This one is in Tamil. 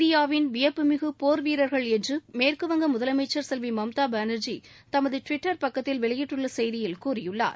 இந்தியாவின் வியப்புமிகு போா்வீரா்கள் என்று மேற்கு வங்க முதலமைச்சா் செல்வி மம்தா பானா்ஜி தமது டுவிட்டர் பக்கத்தில் வெளியிட்டுள்ள செய்தியில் கூறியுள்ளார்